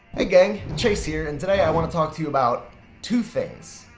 ah gang, chase here. and today i want to talk to you about two things,